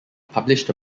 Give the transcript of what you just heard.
published